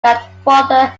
grandfather